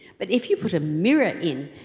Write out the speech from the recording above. but if you put a mirror in,